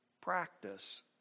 practice